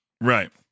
Right